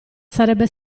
sarebbe